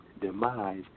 demise